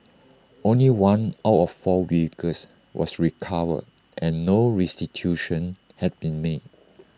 only one out of four vehicles was recovered and no restitution had been made